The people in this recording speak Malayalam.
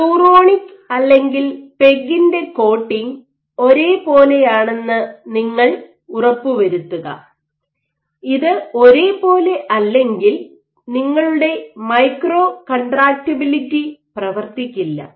പ്ലൂറോണിക് അല്ലെങ്കിൽ പെഗിന്റെ കോട്ടിംഗ് ഒരേ പോലെയാണെന്ന് നിങ്ങൾ ഉറപ്പുവരുത്തുക ഇത് ഒരേ പോലെ അല്ലെങ്കിൽ നിങ്ങളുടെ മൈക്രോ കൺട്രാക്റ്റബിലിറ്റി പ്രവർത്തിക്കില്ല